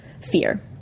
fear